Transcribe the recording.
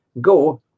go